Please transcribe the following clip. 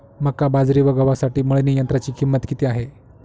मका, बाजरी व गव्हासाठी मळणी यंत्राची किंमत किती आहे?